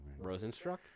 Rosenstruck